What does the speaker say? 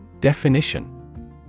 Definition